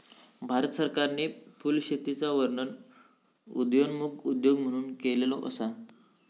भारत सरकारने फुलशेतीचा वर्णन उदयोन्मुख उद्योग म्हणून केलेलो असा